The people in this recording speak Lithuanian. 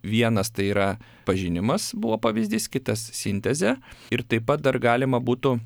vienas tai yra pažinimas buvo pavyzdys kitas sintezė ir taip pat dar galima būtų